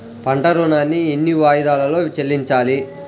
పంట ఋణాన్ని ఎన్ని వాయిదాలలో చెల్లించాలి?